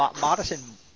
Madison